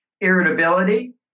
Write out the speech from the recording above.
irritability